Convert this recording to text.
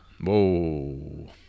Whoa